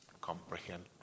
comprehend